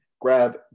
grab